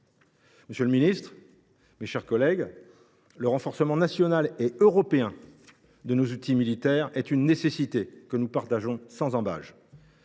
Monsieur le ministre, mes chers collègues, le renforcement national et européen de nos outils militaires est une nécessité que nous reconnaissons sans ambages.